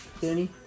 Danny